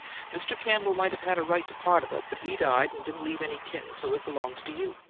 mr. campbell might have had a right to part of it, but he died and didn't leave any kin, so it belongs to you.